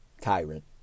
tyrant